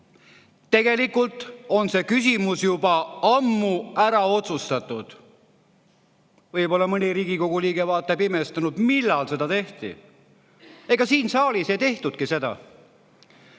Tegelikult on see küsimus juba ammu ära otsustatud. Võib-olla mõni Riigikogu liige vaatab imestunult: "Millal seda tehti?" Ega siin saalis ei tehtudki seda.